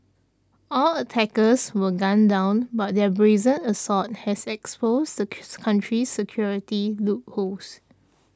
all attackers were gunned down but their brazen assault has exposed the country's security loopholes